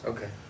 Okay